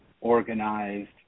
organized